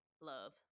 love